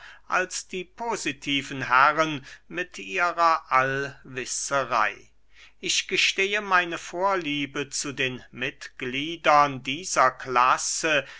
als die positiven herren mit ihrer allwisserey ich gestehe meine vorliebe zu den mitgliedern dieser klasse